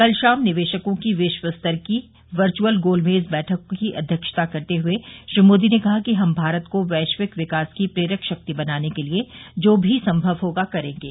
कल शाम निवेशकों की विश्वस्तर की वर्चुअल गोलमेज बैठक की अध्यक्षता करते हए श्री मोदी ने कहा कि हम भारत को वैश्विक विकास की प्रेरक शक्ति बनाने के लिए जो भी संभव होगा करेंगे